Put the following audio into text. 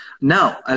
Now